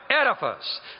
edifice